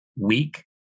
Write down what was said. weak